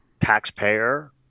taxpayer